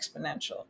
exponential